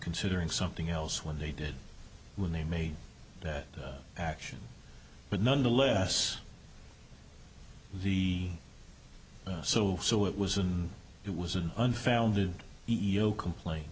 considering something else when they did when they made that action but nonetheless the so so it was and it was an unfounded e e o complain